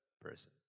person